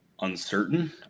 uncertain